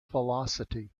velocity